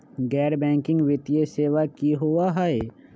गैर बैकिंग वित्तीय सेवा की होअ हई?